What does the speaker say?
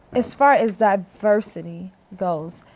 as far as diversity goes,